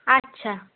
আচ্ছা